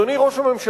אדוני ראש הממשלה,